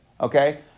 okay